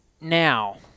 now